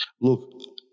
Look